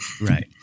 Right